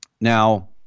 Now